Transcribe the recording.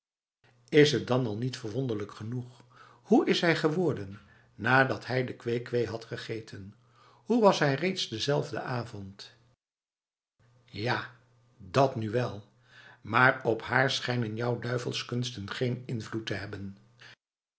is het dan al niet verwonderlijk genoeg hoe is hij geworden nadat hij de kwee-kwee had gegeten hoe was hij reeds dezelfde avond ja dat nu wel maar op haar schijnen jouw duivelskunsten geen invloed te hebben